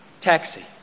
taxi